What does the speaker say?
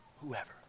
Whoever